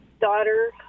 daughter